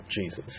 Jesus